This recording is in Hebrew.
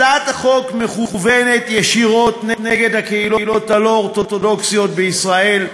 הצעת החוק מכוונת ישירות נגד הקהילות הלא-אורתודוקסיות בישראל,